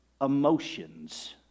emotions